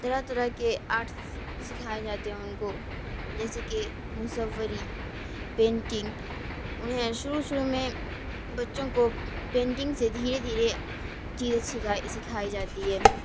طرح طرح کے آرٹس سکھائے جاتے ہیں ان کو جیسے کہ مصوری پینٹنگ انہیں شروع شروع میں بچوں کو پینٹنگ سے دھیرے دھیرے چیزیں سکھائی سکھائی جاتی ہے